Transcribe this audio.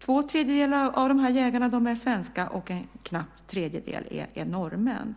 Två tredjedelar av jägarna är svenska och en knapp tredjedel är norrmän.